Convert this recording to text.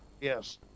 Yes